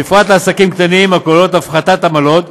בפרט לעסקים קטנים, הכוללות הפחתת עמלות.